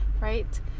right